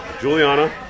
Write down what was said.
Juliana